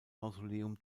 mausoleum